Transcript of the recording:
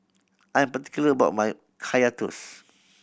I'm particular about my Kaya Toast